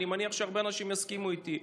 ואני מניח שהרבה אנשים יסכימו איתי,